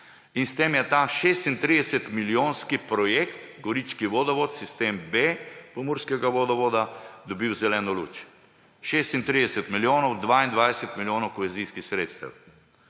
S tem je ta 36-milijonski projekt gorički vodovod, sistem B pomurskega vodovoda, dobil zeleno luč. 36 milijonov, 22 milijonov kohezijskih sredstev.